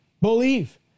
Believe